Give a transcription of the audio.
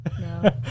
No